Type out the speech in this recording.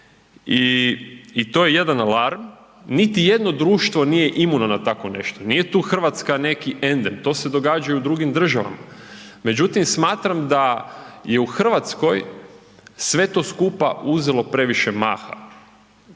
i to je jedan alarm, niti jedno društvo nije imuno na tako nešto, nije tu Hrvatska neki endem, to se događa i u drugim državama, međutim smatram da je u Hrvatsko sve to skupa uzelo previše maha.